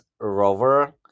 Rover